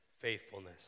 faithfulness